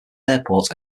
airport